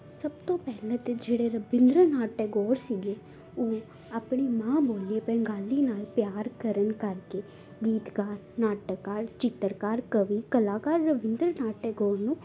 ਸਭ ਤੋਂ ਪਹਿਲਾਂ ਤਾਂ ਜਿਹੜੇ ਰਵਿੰਦਰ ਨਾਥ ਟੈਗੋਰ ਸੀਗੇ ਉਹ ਆਪਣੀ ਮਾਂ ਬੋਲੀ ਬੰਗਾਲੀ ਨਾਲ ਪਿਆਰ ਕਰਨ ਕਰਕੇ ਗੀਤਕਾਰ ਨਾਟਕਕਾਰ ਚਿੱਤਰਕਾਰ ਕਵੀ ਕਲਾਕਾਰ ਰਵਿੰਦਰ ਨਾਥ ਟੈਗੋਰ ਨੂੰ